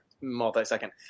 multi-second